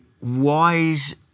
wise